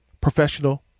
professional